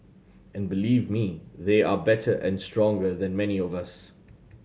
and believe me they are better and stronger than many of us